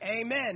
Amen